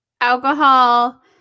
alcohol